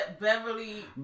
Beverly